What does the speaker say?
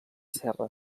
serra